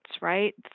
right